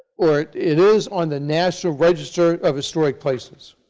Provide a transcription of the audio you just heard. or it is on the national register of historic places.